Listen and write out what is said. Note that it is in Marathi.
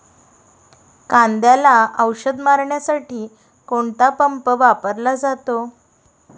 कांद्याला औषध मारण्यासाठी कोणता पंप वापरला जातो?